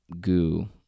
goo